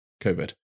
COVID